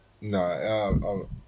no